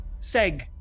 Seg